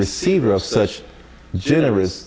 receiver of such generous